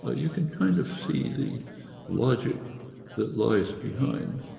ah you can kind of see the logic that lies behind